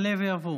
יעלה ויבוא